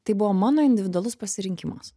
tai buvo mano individualus pasirinkimas